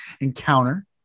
encounter